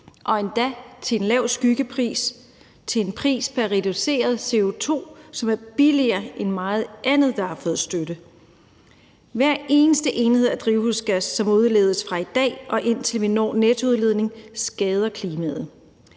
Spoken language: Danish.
er endda til en lav skyggepris – prisen pr. reduceret ton CO2 – som er billigere end meget andet, der har fået støtte. Hver eneste enhed af drivhusgas, som udledes fra i dag, og indtil vi når nettonuludledning, skader klimaet.